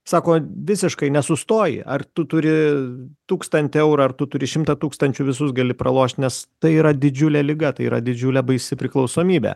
sako visiškai nesustoji ar tu turi tūkstantį eurų ar tu turi šimtą tūkstančių visus gali pralošt nes tai yra didžiulė liga tai yra didžiulė baisi priklausomybė